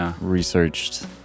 researched